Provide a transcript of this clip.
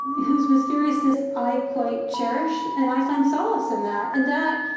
whose mysteriousness i quite cherish and i find solace in that, and that,